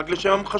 רק לשם המחשה,